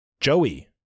Joey